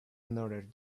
another